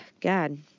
God